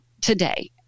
today